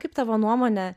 kaip tavo nuomone